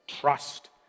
trust